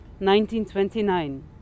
1929